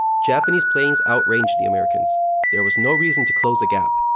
japanese planes out-range the americans there was no reason to close the gap.